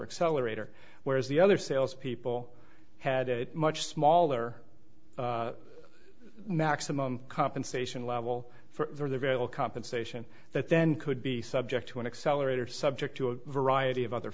accelerator whereas the other salespeople had it much smaller maximum compensation level for the burial compensation that then could be subject to an accelerator subject to a variety of other